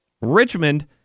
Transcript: Richmond